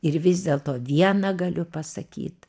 ir vis dėlto viena galiu pasakyt